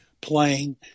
playing